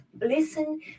listen